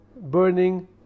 burning